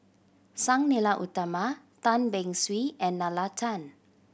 Sang Nila Utama Tan Beng Swee and Nalla Tan